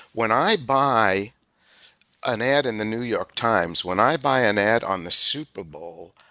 when i buy an ad in the new york times, when i buy an ad on the super bowl,